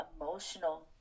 emotional